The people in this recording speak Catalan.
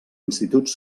instituts